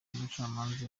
umucamanza